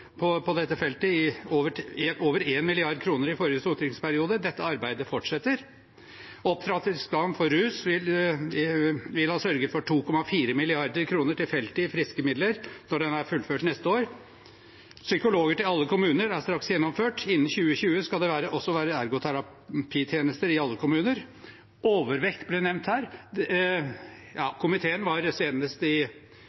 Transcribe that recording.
på dette feltet, med over 1 mrd. kr i forrige stortingsperiode. Dette arbeidet fortsetter. Opptrappingsplanen for rus vil sørge for 2,4 mrd. kr til feltet i friske midler når det er fullført neste år. Psykologer til alle kommuner er straks gjennomført. Innen 2020 skal det også være ergoterapitjeneste i alle kommuner. Overvekt ble nevnt her.